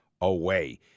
away